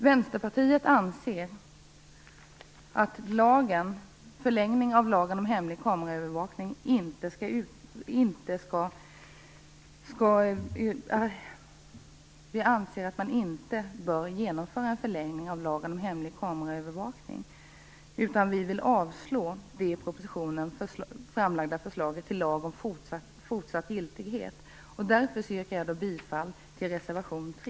Vänsterpartiet anser att man inte bör genomföra en förlängning av lagen om hemlig kameraövervakning. Vi vill avslå det i propositionen framlagda förslaget till lag om fortsatt giltighet. Därför yrkar jag bifall till reservation 3.